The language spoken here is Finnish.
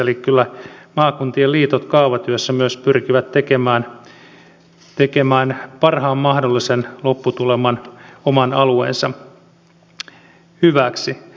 eli kyllä maakuntien liitot kaavatyössä myös pyrkivät tekemään parhaan mahdollisen lopputuleman oman alueensa hyväksi